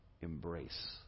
embrace